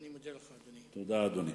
תודה, אדוני.